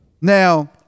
Now